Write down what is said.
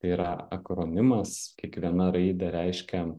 tai yra akronimas kiekviena raidė reiškia